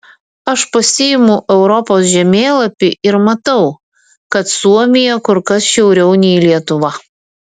aš pasiimu europos žemėlapį ir matau kad suomija kur kas šiauriau nei lietuva